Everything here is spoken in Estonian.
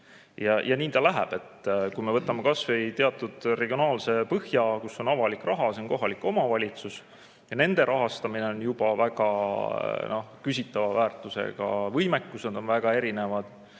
Ja nii ta läheb. Kui me võtame kas või teatud regionaalse põhja, kus on avalik raha – see on kohalik omavalitsus. Ja nende rahastamine on juba väga küsitava väärtusega, võimekused on väga erinevad.